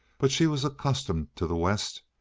but she was accustomed to the west,